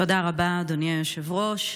תודה רבה, אדוני היושב-ראש.